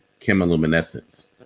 chemiluminescence